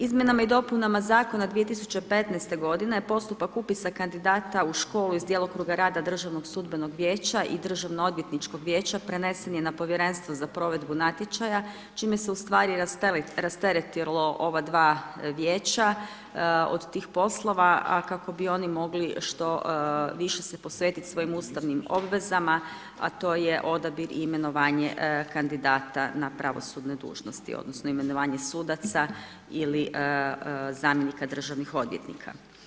Izmjenama i dopunama zakona 2015. godine postupak upisa kandidata u školu iz djelokruga rada Državnog sudbenog vijeća i Državno-odvjetničkog vijeća prenesen je na povjerenstvo za provedbu natječaja čime se u stvari rasteretilo ova dva vijeća od tih poslova, a kako bi oni mogli što više se posvetiti svojim ustavnim obvezama, a to je odabir i imenovanje kandidata na pravosudne dužnosti odnosno imenovanje sudaca ili zamjenika državnih odvjetnika.